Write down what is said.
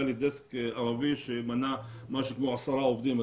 היה לי דסק ערבי שמנה משהו כמו עשרה עובדים,